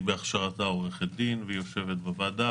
היא בהכשרתה עורכת דין והיא יושבת בוועדה,